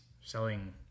selling